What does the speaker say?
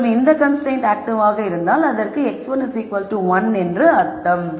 மற்றும் இந்த கன்ஸ்ரைன்ட் ஆக்டிவாக இருந்தால் அதற்கு x1 1 என்று அர்த்தம்